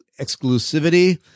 exclusivity